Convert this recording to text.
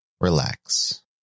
relax